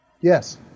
Yes